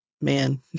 man